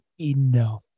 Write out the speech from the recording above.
enough